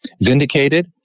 vindicated